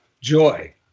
joy